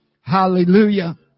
Hallelujah